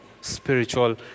spiritual